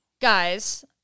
guys